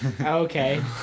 Okay